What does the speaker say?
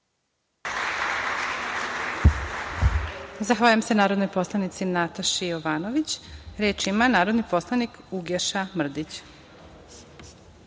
Zahvaljujem se narodnoj poslanici Nataši Jovanović. Reč ima narodni poslanik Uglješa Mrdić.